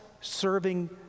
serving